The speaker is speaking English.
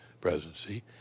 presidency